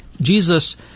Jesus